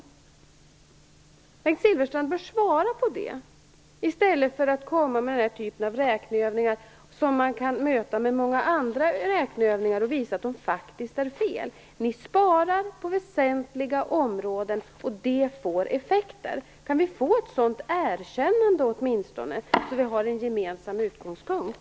Bengt Silfverstrand bör svara på det i stället för att komma med en typ av räkneövningar vars felaktighet faktiskt kan visas med många andra räkneövningar. Ni sparar på väsentliga områden, och det får effekter. Kan vi åtminstone få ett sådant erkännande, så att vi har en gemensam utgångspunkt?